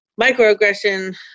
microaggression